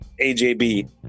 AJB